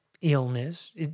Illness